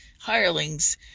hirelings